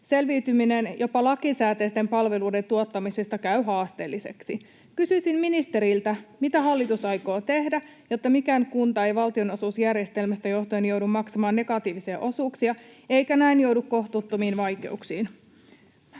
Selviytyminen jopa lakisääteisten palveluiden tuottamisesta käy haasteelliseksi. Kysyisin ministeriltä: mitä hallitus aikoo tehdä, jotta mikään kunta ei valtionosuusjärjestelmästä johtuen joudu maksamaan negatiivisia osuuksia eikä näin joudu kohtuuttomiin vaikeuksiin?